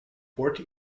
fort